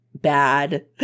bad